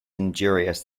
injurious